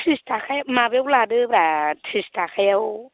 त्रिस थाखा माबायाव लादोब्रा त्रिस थाखायाव